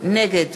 נגד